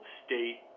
state